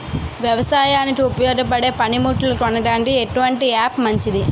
వ్యవసాయానికి ఉపయోగపడే పనిముట్లు కొనడానికి ఎటువంటి యాప్ మంచిది?